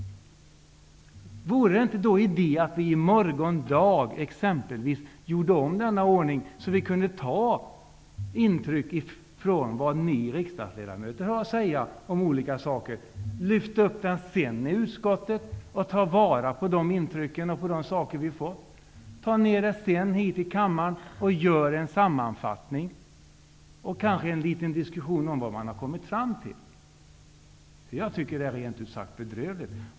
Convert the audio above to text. Vore det då inte idé att vi i morgon dag exempelvis gjorde om denna ordning så att vi kan ta intryck av vad ni riksdagsledamöter har att säga i olika frågor. Lyft sedan upp den i utskottet och ta vara på de intryck som man där har fått! Ta sedan ner detta hit i kammaren och gör en sammanfattning och kanske en liten diskussion om vad man har kommit fram till! Jag tycker att situationen rent ut sagt är bedrövlig.